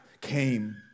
came